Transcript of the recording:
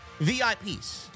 VIPs